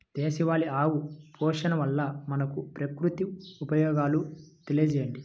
దేశవాళీ ఆవు పోషణ వల్ల మనకు, ప్రకృతికి ఉపయోగాలు తెలియచేయండి?